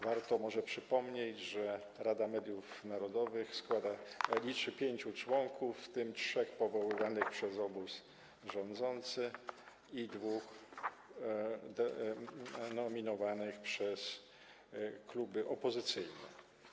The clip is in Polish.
Warto może przypomnieć, że Rada Mediów Narodowych liczy pięciu członków, w tym trzech powoływanych przez obóz rządzący i dwóch nominowanych przez kluby opozycyjne.